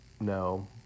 no